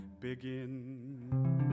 begin